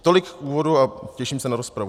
Tolik v úvodu a těším se na rozpravu.